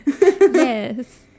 Yes